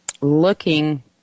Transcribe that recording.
Looking